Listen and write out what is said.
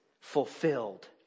fulfilled